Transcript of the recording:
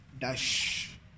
Dash